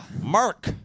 Mark